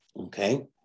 Okay